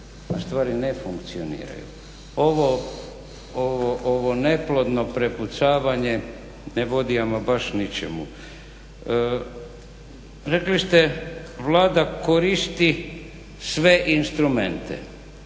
stvari ne funkcioniraju. Ovo neplodno prepucavanje ne vodi ama baš ničemu. Rekli ste Vlada koristi sve instrumente